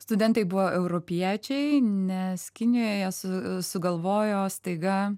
studentai buvo europiečiai nes kinijoje jie su sugalvojo staiga